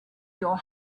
your